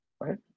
right